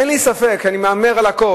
אין לי ספק, אני מהמר על הכול,